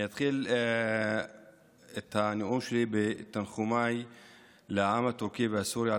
אני אתחיל את הנאום שלי בתנחומיי לעם הטורקי והסורי על